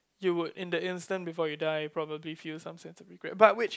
you would in the instant before you die probably feel some sense of regret but which